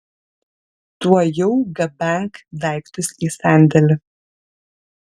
tuojau gabenk daiktus į sandėlį